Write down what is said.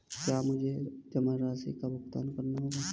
क्या मुझे जमा राशि का भुगतान करना होगा?